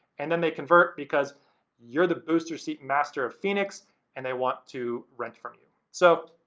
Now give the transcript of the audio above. and then they convert because you're the booster seat master of phoenix and they want to rent from you. so,